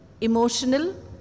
emotional